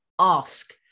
ask